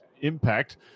impact